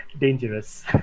dangerous